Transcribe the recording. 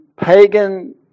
pagan